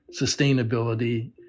sustainability